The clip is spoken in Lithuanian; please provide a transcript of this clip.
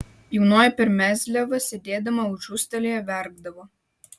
jaunoji per mezliavą sėdėdama užustalėje verkdavo